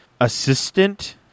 assistant